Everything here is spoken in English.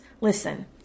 Listen